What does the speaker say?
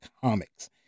comics